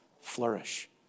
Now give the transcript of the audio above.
flourish